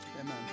Amen